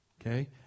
okay